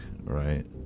right